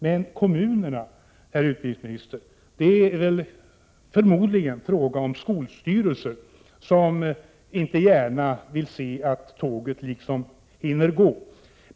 Men, herr utbildningsminister, är det fråga om kommuner? Det är förmodligen fråga om skolstyrelser som inte gärna vill se att tåget så att säga hinner gå.